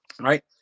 right